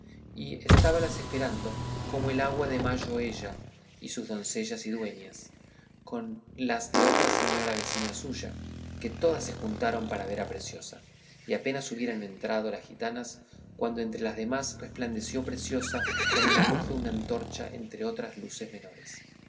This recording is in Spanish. y estábalas esperando como el agua de mayo ella y sus doncellas y dueñas con las de otra señora vecina suya que todas se juntaron para ver a preciosa y apenas hubieron entrado las gitanas cuando entre las demás resplandeció preciosa como la luz de una antorcha entre otras luces menores